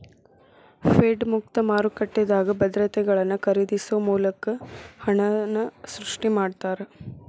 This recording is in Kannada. ಫೆಡ್ ಮುಕ್ತ ಮಾರುಕಟ್ಟೆದಾಗ ಭದ್ರತೆಗಳನ್ನ ಖರೇದಿಸೊ ಮೂಲಕ ಹಣನ ಸೃಷ್ಟಿ ಮಾಡ್ತಾರಾ